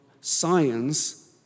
science